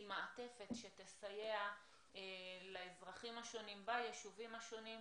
מעטפת שתסייע לאזרחים השונים ביישובים השונים.